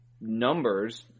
Numbers